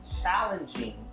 challenging